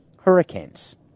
Hurricanes